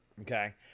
Okay